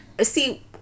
see